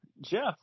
Jeff